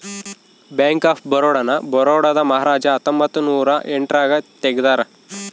bank of Baroda ನ ಬರೋಡಾದ ಮಹಾರಾಜ ಹತ್ತೊಂಬತ್ತ ನೂರ ಎಂಟ್ ರಾಗ ತೆಗ್ದಾರ